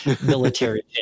military